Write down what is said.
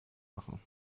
machen